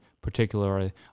particularly